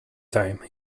time